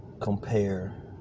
compare